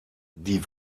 die